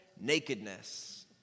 nakedness